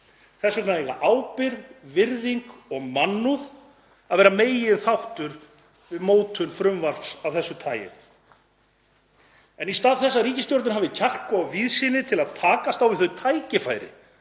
Þess vegna eiga ábyrgð, virðing og mannúð að vera meginþættir við mótun frumvarps af þessu tagi. En í stað þess að ríkisstjórnin hafi kjark og víðsýni til að takast á við þau tækifæri